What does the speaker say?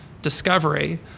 discovery